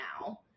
now